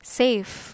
safe